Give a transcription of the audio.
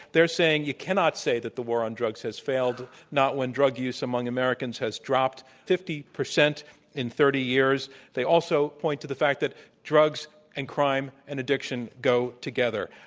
they're saying you cannot say that the war on drugs has failed, not when drug use among americans has dropped fifty percent in thirty years. they also point to the fact that drugs and crime and addiction go together.